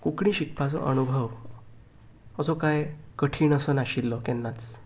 कोंकणी शिकपाचो अणुभव असो कांय कठीण असो नाशिल्लो केन्नाच